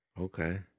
Okay